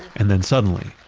and then suddenly.